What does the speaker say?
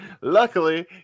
Luckily